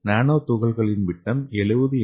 நானோ துகள்களின் விட்டம் 70 என்